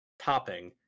topping